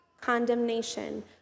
condemnation